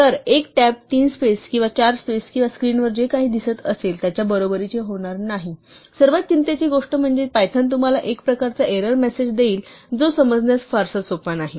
तर एक टॅब तीन स्पेस किंवा चार स्पेस किंवा स्क्रीनवर जे काही दिसत असेल त्याच्या बरोबरीचे होणार नाही सर्वात चिंतेची गोष्ट म्हणजे पायथन तुम्हाला एक प्रकारचा एरर मेसेज देईल जो समजण्यास फारसा सोपा नाही